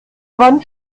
wand